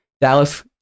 Dallas